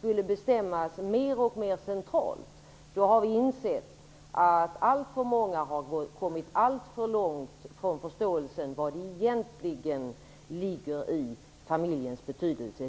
centralt bestämmas vad som skall avses med ett gott liv för en familj har vi insett att alltför många har kommit alltför långt från förståelsen för vad som egentligen ligger i familjens betydelse.